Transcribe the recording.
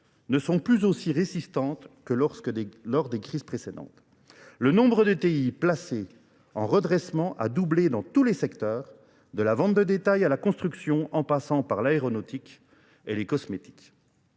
ne sont plus aussi résistantes que lors des crises précédentes. Le nombre d'ETI placés en redressement a doublé dans tous les secteurs, de la vente de détail à la construction, en passant par l'aéronautique et les cosmétiques.